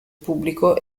pubblico